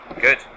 good